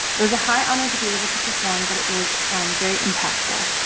it was a high honor to be able to perform but it was very impactful.